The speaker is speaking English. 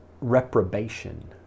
reprobation